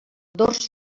dors